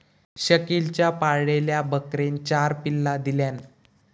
शकिलच्या पाळलेल्या बकरेन चार पिल्ला दिल्यान